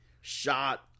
shot